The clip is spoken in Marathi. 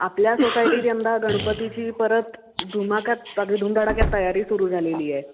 आपल्या सोसायटीत यंदा गणपतीची परत धमाक्यात अगदी धूमधडाक्यात तयारी सुरू झालेली आहे